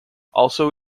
also